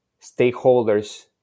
stakeholders